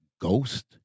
Ghost